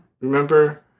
Remember